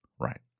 Right